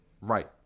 Right